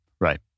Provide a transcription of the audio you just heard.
Right